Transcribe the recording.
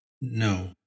No